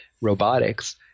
robotics